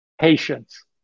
patience